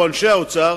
או אנשי האוצר,